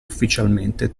ufficialmente